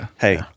hey